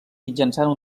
mitjançant